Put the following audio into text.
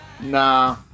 nah